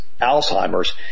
Alzheimer's